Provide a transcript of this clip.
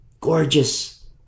Gorgeous